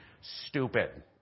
stupid